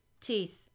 teeth